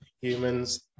humans